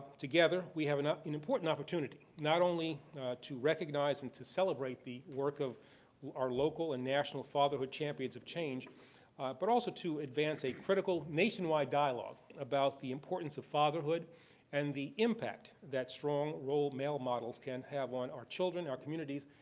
together, we have an ah an important opportunity, not only to recognize and to celebrate the work of our local and national fatherhood champions of change but also to advance a critical nationwide dialogue about the importance of fatherhood and the impact that strong role male models can have on our children, our communities,